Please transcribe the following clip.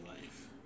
life